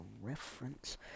reference